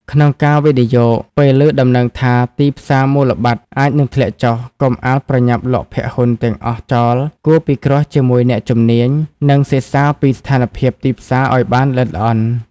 ក្នុងការវិនិយោគ ពេលឮដំណឹងថាទីផ្សារមូលបត្រអាចនឹងធ្លាក់ចុះ កុំអាលប្រញាប់លក់ភាគហ៊ុនទាំងអស់ចោល គួរពិគ្រោះជាមួយអ្នកជំនាញ និងសិក្សាពីស្ថានភាពទីផ្សារឲ្យបានល្អិតល្អន់។